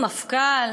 המפכ"ל,